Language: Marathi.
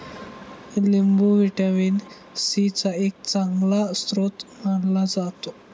लिंबू व्हिटॅमिन सी चा एक चांगला स्रोत मानला जातो